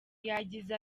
yagize